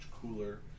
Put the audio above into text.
cooler